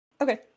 Okay